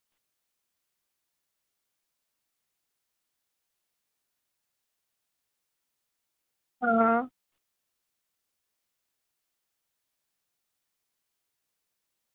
आं